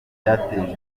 byateje